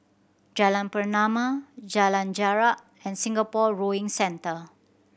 Jalan Pernama Jalan Jarak and Singapore Rowing Centre